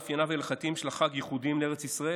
מאחר שמאפייניו ההלכתיים של החג ייחודיים לארץ ישראל,